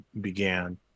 began